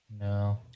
No